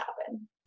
happen